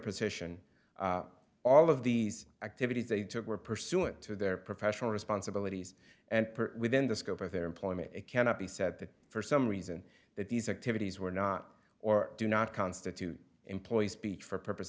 position all of these activities they took were pursuant to their professional responsibilities and within the scope of their employment it cannot be said that for some reason that these activities were not or do not constitute employ speech for purpose